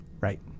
right